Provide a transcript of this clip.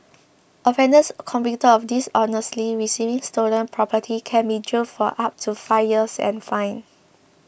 offenders convicted of dishonestly receiving stolen property can be jailed for up to five years and fined